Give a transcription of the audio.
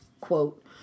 quote